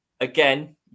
Again